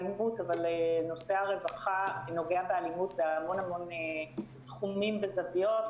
אלימות אבל נושא הרווחה נוגע באלימות בהמון המון תחומים וזוויות,